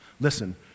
Listen